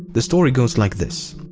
the story goes like this.